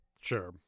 Sure